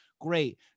Great